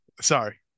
Sorry